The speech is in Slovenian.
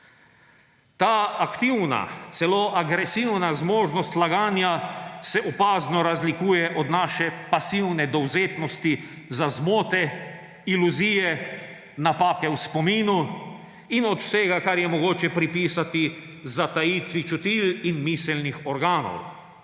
Ta aktivna, celo agresivna zmožnost laganja se opazno razlikuje od naše pasivne dovzetnosti za zmote, iluzije, napake v spominu in od vsega, kar je mogoče pripisati zatajitvi čutil in miselnih organov.